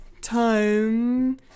time